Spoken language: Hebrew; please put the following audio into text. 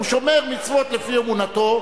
הוא שומר מצוות לפי אמונתו,